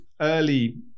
early